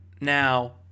Now